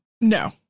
No